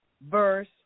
Verse